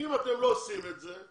אם אתם לא עושים את זה,